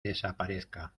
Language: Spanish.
desaparezca